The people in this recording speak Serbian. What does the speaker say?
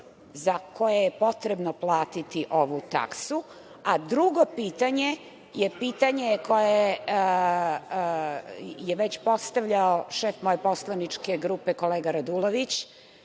za koje je potrebno platiti ovu taksu? A drugo pitanje, je pitanje je već postavljao šef moje poslaničke grupe, kolega Radulović,